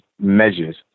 measures